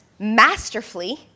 masterfully